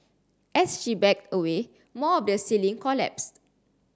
as she backed away more of the ceiling collapsed